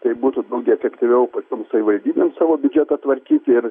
tai būtų daug efektyviau pačiom savivaldybėm savo biudžetą tvarkyti ir